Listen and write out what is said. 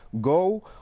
Go